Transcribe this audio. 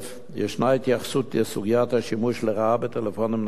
ישנה התייחסות לסוגיית השימוש לרעה בטלפונים ניידים.